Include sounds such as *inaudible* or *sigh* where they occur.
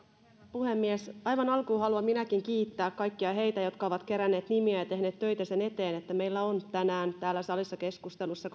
puhemies aivan alkuun haluan minäkin kiittää kaikkia heitä jotka ovat keränneet nimiä ja tehneet töitä sen eteen että meillä on tänään täällä salissa keskustelussa *unintelligible*